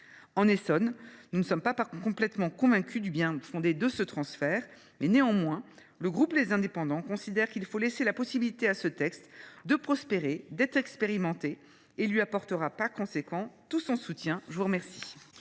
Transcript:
l’Essonne, nous ne sommes pas complètement convaincus du bien fondé de ce transfert. Néanmoins, le groupe Les Indépendants considère qu’il faut laisser à ce texte la possibilité de prospérer et d’être expérimenté. Il lui apportera par conséquent tout son soutien. La parole